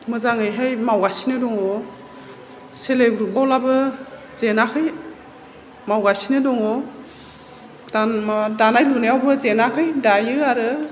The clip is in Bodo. मोजाङैहाय मावगासिनो दङ सेल्प हेल्प ग्रुप आवलाबो जेनाखै मावगासिनो दङ दा माबा दानाय लुनायावबो जेनाखै दायो आरो